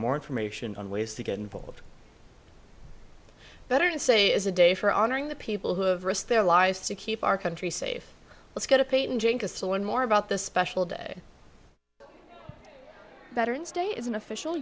more information on ways to get involved better to say is a day for honoring the people who have risked their lives to keep our country safe let's go to peyton jenkins to learn more about the special day veterans day is an official